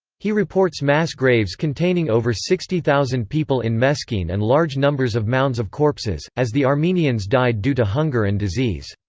he reports mass graves containing over sixty thousand people in meskene and large numbers of mounds of corpses, as the armenians died due to hunger and disease.